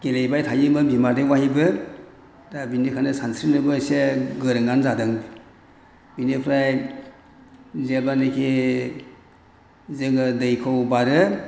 गेलेबाय थायोमोन बिमा दैयावहायबो दा बेनिखायनो सानस्रिनोबो एसे गोरोङानो जादों बेनिफ्राय जेब्लानोखि जोङो दैखौ बारो